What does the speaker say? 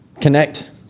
connect